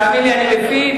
תאמין לי, אני מבין.